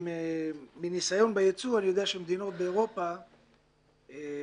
מניסיון בייצוא, אני יודע שמדינות באירופה מציבות